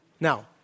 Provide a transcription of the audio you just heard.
Now